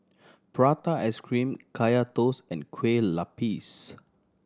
prata ice cream Kaya Toast and Kueh Lopes